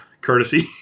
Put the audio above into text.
courtesy